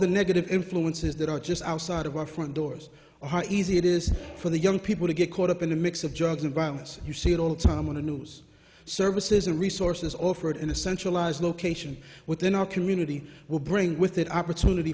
the negative influences that are just outside of our front doors or how easy it is for the young people to get caught up in the mix of drugs and violence you see it all the time when the news services and resources offered in a centralized location within our community will bring with it opportunity